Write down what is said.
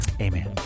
amen